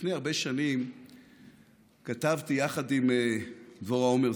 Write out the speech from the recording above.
לפני הרבה שנים כתבתי יחד עם דבורה עומר,